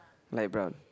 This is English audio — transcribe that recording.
light brown